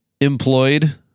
employed